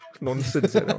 nonsense